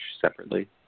separately